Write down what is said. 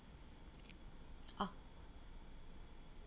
ah